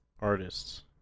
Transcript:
Artists